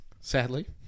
sadly